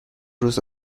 روز